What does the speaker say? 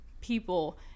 people